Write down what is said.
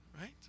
Right